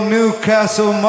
Newcastle